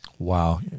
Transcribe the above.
Wow